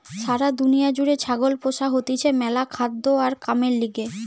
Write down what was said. সারা দুনিয়া জুড়ে ছাগল পোষা হতিছে ম্যালা খাদ্য আর কামের লিগে